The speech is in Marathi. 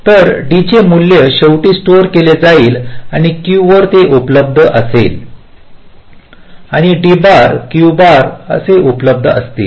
तर D चे मूल्य शेवटी स्टोर केले जाईल आणि Q वर उपलब्ध असेल आणि D बार Q बार वर उपलब्ध असतील